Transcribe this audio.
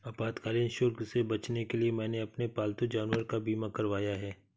आपातकालीन शुल्क से बचने के लिए मैंने अपने पालतू जानवर का बीमा करवाया है